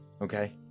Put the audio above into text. Okay